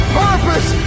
purpose